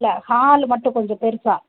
இல்லை ஹாலு மட்டும் கொஞ்சம் பெருசாக